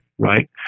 right